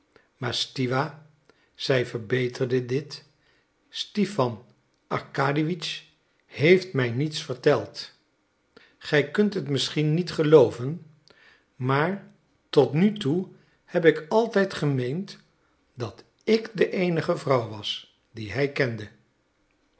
zij verbeterde dit stipan arkadiewitsch heeft mij niets verteld gij kunt het misschien niet gelooven maar tot nu toe heb ik altijd gemeend dat ik de eenige vrouw was die hij kende